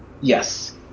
Yes